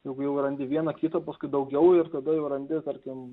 jeigu jau randi vieną kitą paskui daugiau ir tada jau randi tarkim